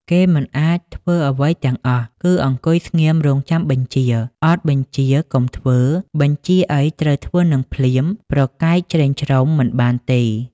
គេមិនអាចធ្វើអ្វីទាំងអស់ គឺអង្គុយស្ងៀមរងចាំបញ្ជា អត់បញ្ជាកុំធ្វើ បញ្ជាអីត្រូវធ្វើនឹងភ្លាម ប្រកែកច្រេមច្រុមមិនបានទេ។